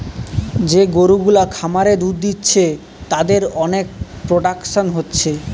যে গরু গুলা খামারে দুধ দিচ্ছে তাদের অনেক প্রোডাকশন হচ্ছে